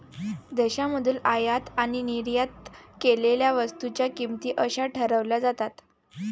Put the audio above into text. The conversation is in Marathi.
देशांमधील आयात आणि निर्यात केलेल्या वस्तूंच्या किमती कशा ठरवल्या जातात?